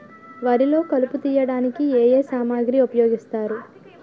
వరిలో కలుపు తియ్యడానికి ఏ ఏ సామాగ్రి ఉపయోగిస్తారు?